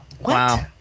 Wow